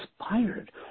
inspired